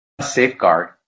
safeguard